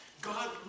God